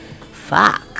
Fuck